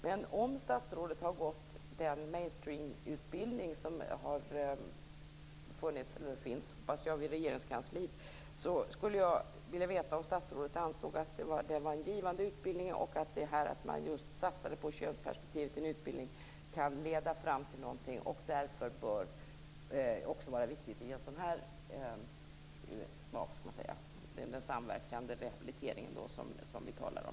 Men om statsrådet har gått på den mainstream-utbildning som har funnits, och som jag hoppas fortfarande finns, i Regeringskansliet undrar jag om statsrådet anser att det var en givande utbildning och om en utbildning som satsar på könsperspektivet kan leda fram till något och därför bör vara viktig för den samverkan och den rehabilitering som vi här pratar om.